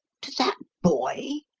to that boy?